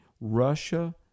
Russia